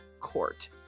court